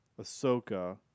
Ahsoka